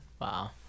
Wow